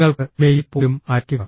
നിങ്ങൾക്ക് ഇമെയിൽ പോലും അയയ്ക്കുക